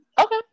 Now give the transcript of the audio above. Okay